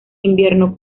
invierno